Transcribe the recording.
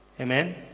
Amen